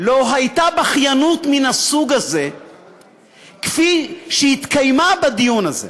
לא הייתה בכיינות מן הסוג הזה כפי שהתקיימה בדיון הזה.